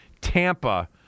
Tampa